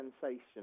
sensation